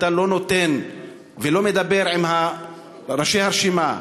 אתה לא נותן ולא מדבר עם ראשי הרשימה,